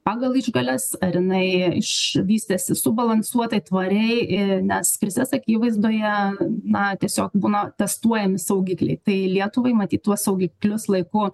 pagal išgales ar jinai iš vystėsi subalansuotai tvariai ii nes krizės akyvaizdoje na tiesiog būna testuojami saugikliai tai lietuvai matyt tuos saugiklius laiku